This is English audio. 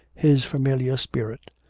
his familiar spirit.